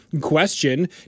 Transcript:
question